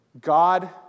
God